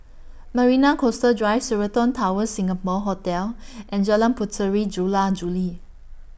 Marina Coastal Drive Sheraton Towers Singapore Hotel and Jalan Puteri Jula Juli